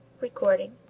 recording